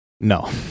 No